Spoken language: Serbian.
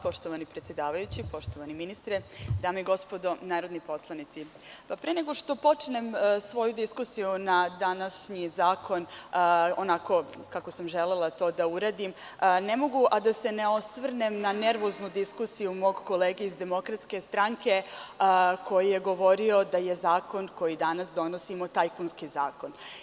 Poštovani ministre, dame i gospodo narodni poslanici, pre nego što počenem svoju diskusiju na današnji zakon onako kako sam želela to da uradim, ne mogu a da se ne osvrnem na nervoznu diskusiju mog kolege iz DS,koji je govorio da je zakon koji danas donosimo tajkunski zakon.